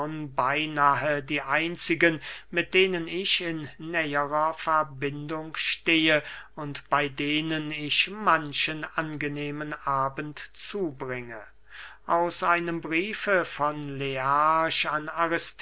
beynahe die einzigen mit denen ich in näherer verbindung stehe und bey denen ich manchen angenehmen abend zubringe aus einem briefe von learch